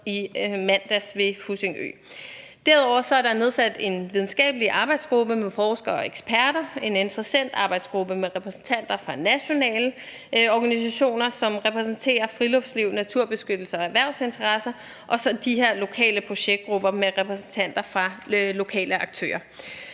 ved Fussingø. Derudover er der nedsat en videnskabelig arbejdsgruppe med forskere og eksperter, en interessentarbejdsgruppe med repræsentanter fra nationale organisationer, som repræsenterer friluftsliv, naturbeskyttelse og erhvervsinteresser, og så de her lokale projektgrupper med repræsentanter fra lokale aktører.